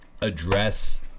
address